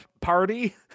party